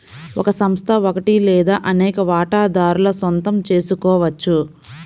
ఒక సంస్థ ఒకటి లేదా అనేక వాటాదారుల సొంతం చేసుకోవచ్చు